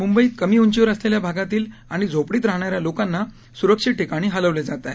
मुंबई कमी उंचीवर असलेल्या भागातील आणि झोपडीत राहणाऱ्या लोकांना स्रक्षित ठिकाणी हलविले जात आहे